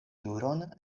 juron